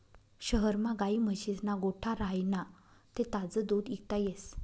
शहरमा गायी म्हशीस्ना गोठा राह्यना ते ताजं दूध इकता येस